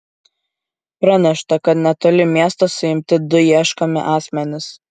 pranešta kad netoli miesto suimti du ieškomi asmenys